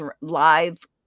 live